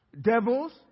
Devils